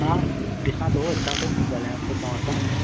हा ॾिसां थो अचा थो पोइ ॻल्हायांव थो तव्हां सां